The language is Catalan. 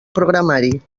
programari